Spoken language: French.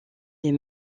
les